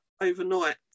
overnight